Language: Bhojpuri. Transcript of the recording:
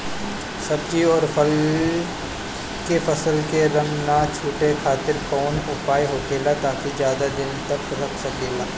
सब्जी और फल के फसल के रंग न छुटे खातिर काउन उपाय होखेला ताकि ज्यादा दिन तक रख सकिले?